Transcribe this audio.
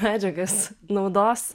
medžiagas naudos